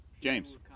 James